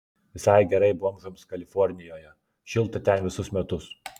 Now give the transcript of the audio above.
visai gerai bomžams kalifornijoje šilta ten visus metus